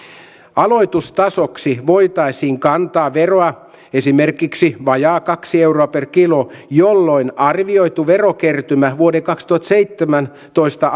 aloitustasoksi voitaisiin kantaa veroa esimerkiksi vajaa kaksi euroa per kilo jolloin arvioitu verokertymä vuoden kaksituhattaseitsemäntoista